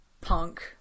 punk